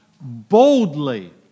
boldly